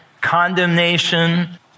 condemnation